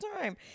time